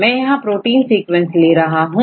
मैं यहां protein sequence ले रहा हूं